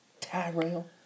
Tyrell